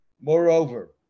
Moreover